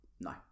No